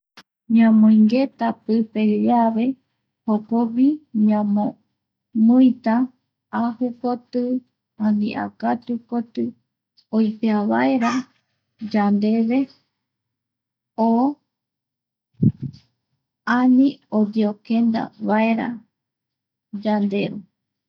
Yamoingueta pipe llave jokogui ñamo, muita ajuko ti ani akatu koti iopea vaera yande o ani oyokenda vaera yande.